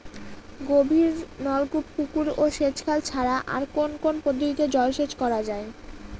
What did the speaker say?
গভীরনলকূপ পুকুর ও সেচখাল ছাড়া আর কোন কোন পদ্ধতিতে জলসেচ করা যায়?